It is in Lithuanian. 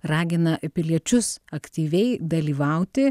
ragina piliečius aktyviai dalyvauti